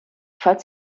falls